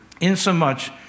insomuch